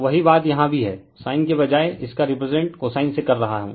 तो वही बात यहाँ भी है sin के बजाय इसका रिप्रेजेंट cosine से कर रहा हैं